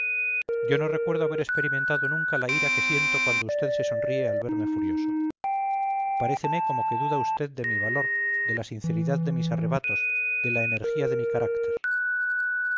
yo no recuerdo haber experimentado nunca la ira que siento cuando usted se sonríe al verme furioso paréceme como que duda usted de mi valor de la sinceridad de mis arrebatos de la energía de mi carácter